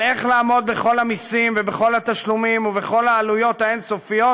אלא על איך לעמוד בכל המסים ובכל התשלומים ובכל העלויות האין-סופיות,